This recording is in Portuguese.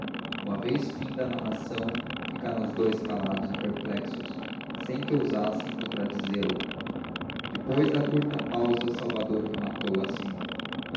uma vez finda a narração ficaram os dois calados e perplexos sem que ousassem contradizê lo depois de curta pausa salvador rematou assim